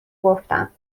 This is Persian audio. گفتم